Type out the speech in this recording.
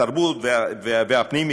התרבות והפנים,